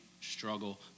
struggle